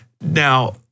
Now